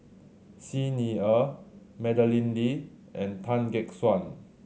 Xi Ni Er Madeleine Lee and Tan Gek Suan